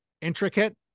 intricate